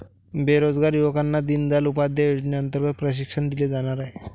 बेरोजगार युवकांना दीनदयाल उपाध्याय योजनेअंतर्गत प्रशिक्षण दिले जाणार आहे